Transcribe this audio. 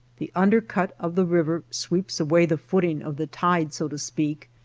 the undercut of the river sweeps away the footing of the tide, so to speak,